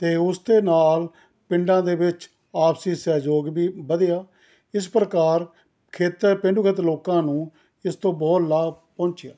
ਅਤੇ ਉਸ ਦੇ ਨਾਲ ਪਿੰਡਾਂ ਦੇ ਵਿੱਚ ਆਪਸੀ ਸਹਿਯੋਗ ਵੀ ਵਧਿਆ ਇਸ ਪ੍ਰਕਾਰ ਖੇਤਰ ਪੇਂਡੂ ਖੇਤਰ ਲੋਕਾਂ ਨੂੰ ਇਸ ਤੋਂ ਬਹੁਤ ਲਾਭ ਪਹੁੰਚਿਆ